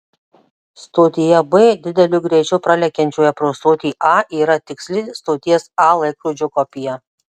stotyje b dideliu greičiu pralekiančioje pro stotį a yra tiksli stoties a laikrodžio kopija